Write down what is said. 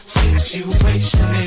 situation